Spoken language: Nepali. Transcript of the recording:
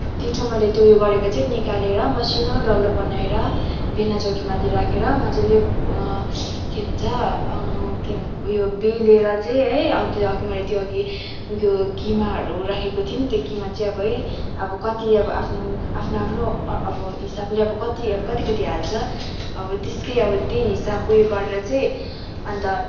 पिठो मैले त्यो यो गरेको चाहिँ निकालेर मसिनो डल्लो बनाएर बेल्ना चौकीमाथि राखेर मज्जाले के भन्छ के भन् उयो बेलेर चाहिँ है अन्त अघि मैले त्यो अघि यो किमाहरू राखेको थिएँ नि त्यो किमाहरू चाहिँ अब है अब कति अब आफ्नो आफ्नो आफ्नो अब हिसाबले अब कति कति कति हाल्छ अब त्यसकै अब त्यही हिसाब उयो गरेर चाहिँ अन्त